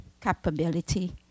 capability